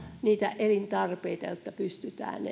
niitä elintarpeita jotta pystytään